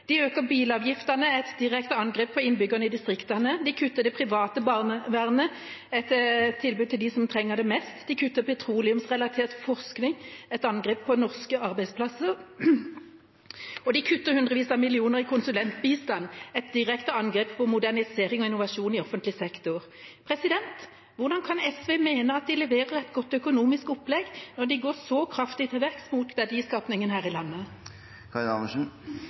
De øker bilavgiftene, et direkte angrep på innbyggerne i distriktene. De kutter det private barnevernet, et tilbud til dem som trenger det mest. De kutter petroleumsrelatert forskning, et angrep på norske arbeidsplasser. De kutter hundrevis av millioner i konsulentbistand, et direkte angrep på modernisering og innovasjon i offentlig sektor. Hvordan kan SV mene at de leverer et godt økonomisk opplegg når de går så kraftig til verks mot verdiskapingen her i